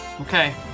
Okay